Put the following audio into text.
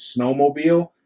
snowmobile